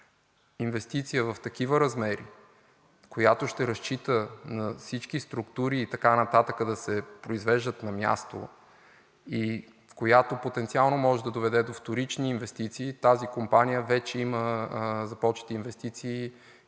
инвестиция в такива размери, която ще разчита на всички структури и така нататък да се произвеждат на място и която потенциално може да доведе до вторични инвестиции, тази компания вече има започнати инвестиции